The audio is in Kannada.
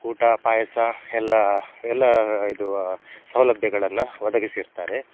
ಊಟ ಪಾಯಸ ಎಲ್ಲ ಎಲ್ಲ ಇದು ಸೌಲಭ್ಯಗಳನ್ನು ಒದಗಿಸಿರ್ತಾರೆ